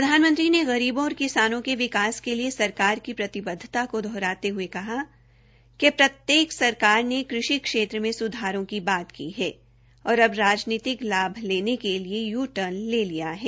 प्रधानमंत्री ने गरीबो और किसानें के विकास के लिए सरकार की प्रतिबद्धता को दोहराते हये कहा कि प्रत्येक सरकार ने कृषि क्षेत्र ने स्धारों की बात की है और अब राजनीतिक लाभ लेने के लिए यू र्टन ले लिया है